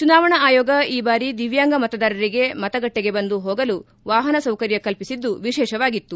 ಚುನಾವಣಾ ಆಯೋಗ ಈ ಬಾರಿ ದಿವ್ಯಾಂಗ ಮತದಾರರಿಗೆ ಮತಗಟ್ಟಿಗೆ ಬಂದು ಹೋಗಲು ವಾಹನ ಸೌಕರ್ಯ ಕಲ್ಪಿಸಿದ್ದು ವಿಶೇಷವಾಗಿತ್ತು